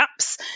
apps